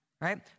right